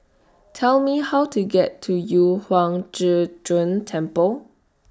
Tell Me How to get to Yu Huang Zhi Zun Temple